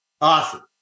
Awesome